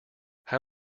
how